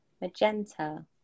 magenta